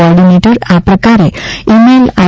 ઓર્ડિનેટર આ પ્રકારે email I